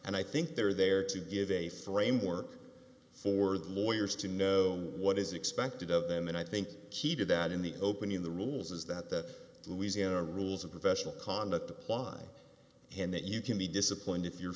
and i think they're there to give a framework for the lawyers to know what is expected of them and i think he did that in the open in the rules is that that louisiana rules of professional conduct apply and that you can be disciplined if you're